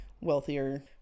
wealthier